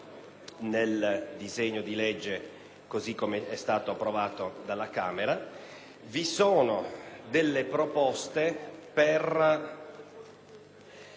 nel disegno di legge così come è stato approvato dalla Camera. Vi sono poi delle proposte per